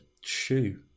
shoe